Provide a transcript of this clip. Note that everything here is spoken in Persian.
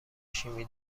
شیمی